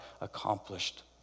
accomplished